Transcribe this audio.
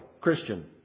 Christian